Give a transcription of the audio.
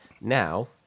now